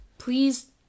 Please